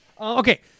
Okay